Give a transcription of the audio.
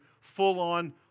full-on